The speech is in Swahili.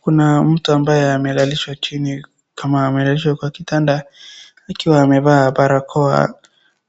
Kuna mtu ambaye amelalishwa chini kama amelalishwa kwa kitanda akiwa amevaa barakoa